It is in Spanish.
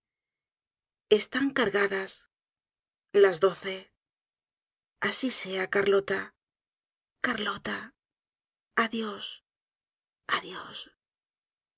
están cargadas las doce asi sea carlota carlota adiós adiós